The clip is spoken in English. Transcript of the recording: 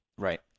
Right